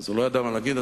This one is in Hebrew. והוא לא ידע מה להגיד,